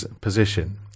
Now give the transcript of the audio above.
position